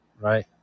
right